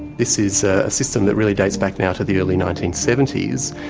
this is a system that really dates back now to the early nineteen seventy s,